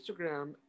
instagram